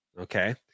okay